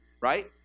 right